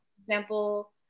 Example